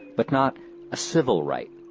but not a civil right.